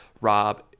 Rob